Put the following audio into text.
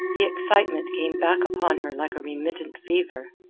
the excitement came back upon her like a remittent fever.